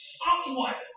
somewhat